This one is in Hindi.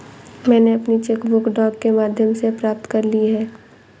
मैनें अपनी चेक बुक डाक के माध्यम से प्राप्त कर ली है